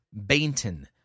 Bainton